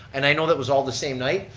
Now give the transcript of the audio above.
and i know that was all the same night,